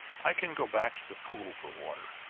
i can go back to the pool for water!